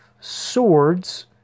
swords